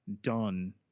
done